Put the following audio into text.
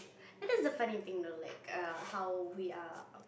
that is the funny thing though that like err how we are